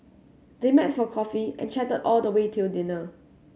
they met for coffee and chatted all the way till dinner